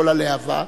כל הלהב"ה,